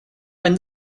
when